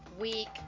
week